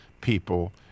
people